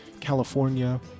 California